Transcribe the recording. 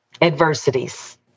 adversities